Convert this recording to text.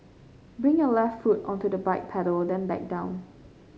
bring your left foot onto the bike pedal then back down